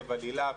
היל"ה,